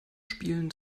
spielen